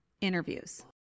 interviews